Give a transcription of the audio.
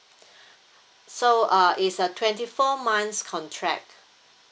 so uh is a twenty four months contract